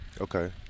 okay